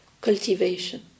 cultivation